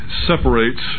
separates